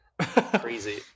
crazy